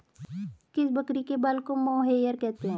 किस बकरी के बाल को मोहेयर कहते हैं?